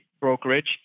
brokerage